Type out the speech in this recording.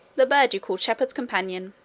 the bird you call shepherd's companion.